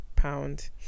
pound